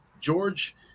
George